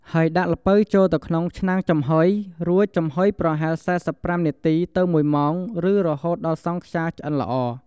ហើយដាក់ល្ពៅចូលក្នុងឆ្នាំងចំហុយ រួចចំហុយប្រហែល ៤៥ នាទី ទៅ ១ ម៉ោង ឬរហូតដល់សង់ខ្យាឆ្អិនល្អ ។